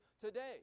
today